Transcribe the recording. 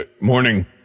Morning